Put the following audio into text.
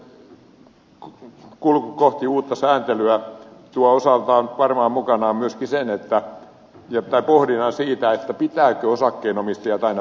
meidän kulkumme kohti uutta sääntelyä tuo osaltaan varmaan mukanaan myöskin sen jättää pohdinnan siitä pitääkö osakkeenomistajat aina pelastaa